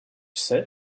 ise